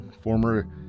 former